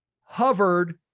hovered